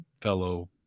fellow